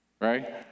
right